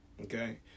Okay